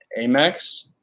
amex